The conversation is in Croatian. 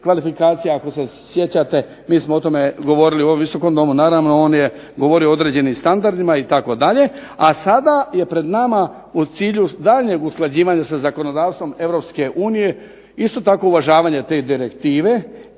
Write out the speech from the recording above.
kvalifikacija ako se sjećate. Mi smo o tome govorili u ovom Visokom domu. Naravno on je govorio o određenim standardima itd. A sada je pred nama u cilju daljnjeg usklađivanja sa zakonodavstvom Europske unije isto tako uvažavanje te direktive